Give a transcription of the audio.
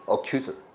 Accuser